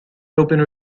opening